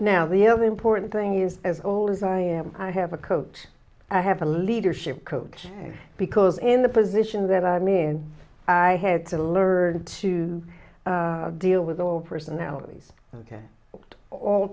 now the other important thing is as old as i am i have a coach i have a leadership coach because in the position that i mean i had to learn to deal with all personalities ok all